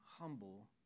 humble